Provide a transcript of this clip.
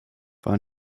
waren